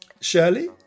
Shirley